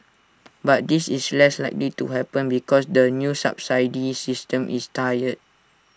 but this is less likely to happen because the new subsidy system is tiered